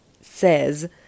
says